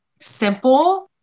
simple